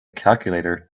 calculator